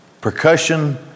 percussion